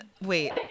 Wait